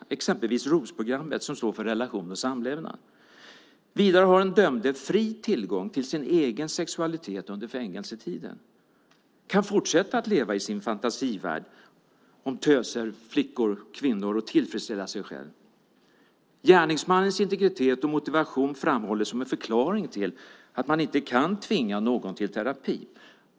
Ett exempel är ROS-programmet som står för relation och samlevnad. Vidare har den dömde fri tillgång till sin egen sexualitet under fängelsetiden och kan fortsätta i sin fantasivärld om töser, flickor och kvinnor och kan tillfredställa sig själv. Gärningsmannens integritet och motivation framhålles som en förklaring till att man inte kan tvinga någon till terapi.